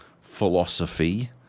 philosophy